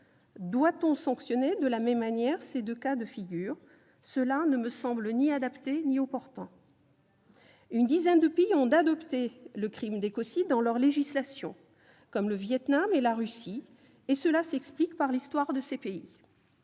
Doit-on sanctionner de la même manière ces deux cas de figure ? Cela ne me semble ni adapté ni opportun. Une dizaine de pays ont adopté le crime d'écocide dans leur législation, comme le Vietnam et la Russie, cela s'explique par leur histoire. À ce jour,